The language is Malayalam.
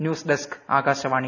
news desk Akashvani